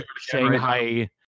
Shanghai